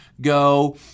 go